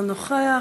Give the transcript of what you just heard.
אינו נוכח,